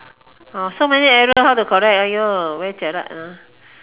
orh so many error how to correct !aiyo! very jialat hor